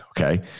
Okay